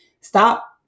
stop